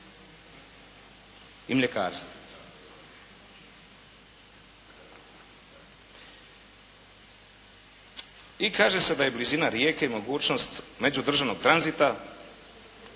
i mljekarstvom. I kaže se da je blizina rijeke mogućnost međudržavnog tranzita,